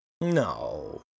No